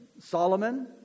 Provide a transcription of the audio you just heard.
Solomon